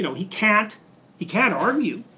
you know he can't he can't argue.